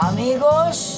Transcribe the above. Amigos